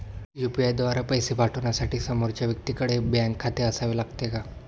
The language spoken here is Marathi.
यु.पी.आय द्वारा पैसे पाठवण्यासाठी समोरच्या व्यक्तीकडे बँक खाते असावे लागते का?